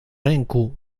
ręku